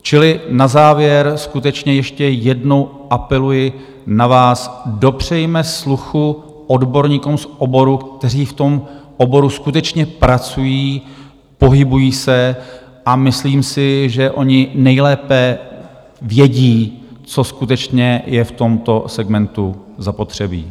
Čili na závěr skutečně ještě jednou apeluji na vás, dopřejme sluchu odborníkům z oboru, kteří v tom oboru skutečně pracují, pohybují se, a myslím si, že oni nejlépe vědí, co skutečně je v tomto segmentu zapotřebí.